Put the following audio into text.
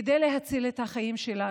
כדי להציל את החיים שלנו,